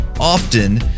often